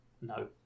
No